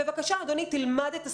בבקשה, אדוני, תלמד את הסוגיה,